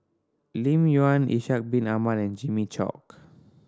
Lim Yau Ishak Bin Ahmad and Jimmy Chok